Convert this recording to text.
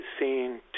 seen